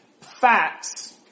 facts